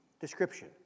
description